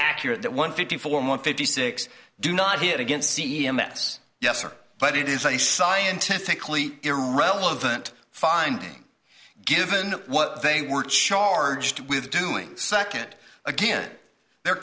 accurate that one fifty four one fifty six do not hit against c m s yes or but it is a scientifically irrelevant finding given what they were charged with doing second again there are